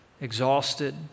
exhausted